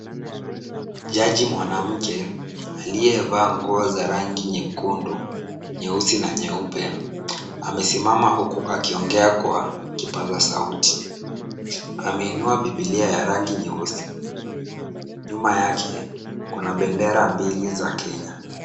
Jaji mwanamke aliyevaa nguo za rangi nyekundu ,nyeusi na nyeupe amesimama huku akiongea kwa kipasa sauti. Ameinua Bibilia ya rangi nyeusi. Nyuma yake kuna bendera mbili za Kenya.